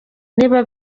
niba